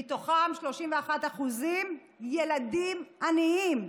ומתוכם 31% ילדים, עניים.